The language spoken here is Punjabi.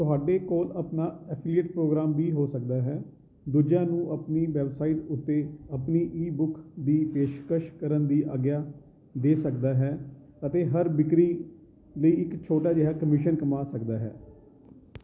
ਤੁਹਾਡੇ ਕੋਲ ਆਪਣਾ ਐਫੀਲੀਏਟ ਪ੍ਰੋਗਰਾਮ ਵੀ ਹੋ ਸਕਦਾ ਹੈ ਦੂਜਿਆਂ ਨੂੰ ਆਪਣੀ ਵੈੱਬਸਾਈਟ ਉੱਤੇ ਆਪਣੀ ਈ ਬੁੱਕ ਦੀ ਪੇਸ਼ਕਸ਼ ਕਰਨ ਦੀ ਆਗਿਆ ਦੇ ਸਕਦਾ ਹੈ ਅਤੇ ਹਰ ਵਿਕਰੀ ਲਈ ਇੱਕ ਛੋਟਾ ਜਿਹਾ ਕਮਿਸ਼ਨ ਕਮਾ ਸਕਦਾ ਹੈ